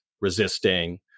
resisting